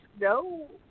no